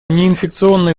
неинфекционные